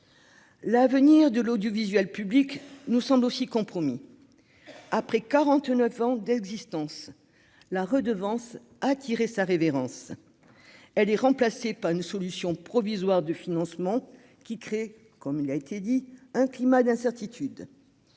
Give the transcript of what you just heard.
l'avenir de l'audiovisuel public nous semble aussi compromis après 49 ans d'existence, la redevance a tiré sa révérence, elle est remplacée par une solution provisoire de financement qui crée comme il a été dit, un climat d'incertitude,